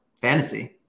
fantasy